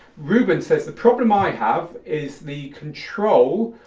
ruben says, the problem i have is the control,